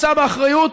יישא באחריות,